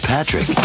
patrick